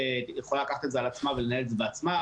יכולה לקחת את זה על עצמה ולנהל את זה בעצמה,